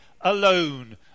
alone